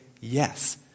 yes